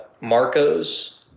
Marco's